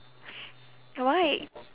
uh why